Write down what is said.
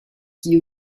qui